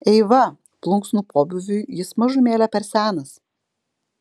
eiva plunksnų pobūviui jis mažumėlę per senas